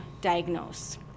diagnose